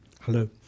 Hello